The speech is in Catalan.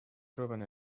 troben